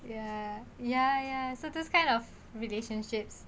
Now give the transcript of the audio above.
ya ya ya so that's kind of relationships